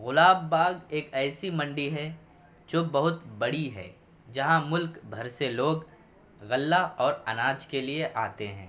گلاب باغ ایک ایسی منڈی ہے جو بہت بڑی ہے جہاں ملک بھر سے لوگ غلہ اور اناج کے لیے آتے ہیں